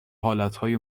حالتهای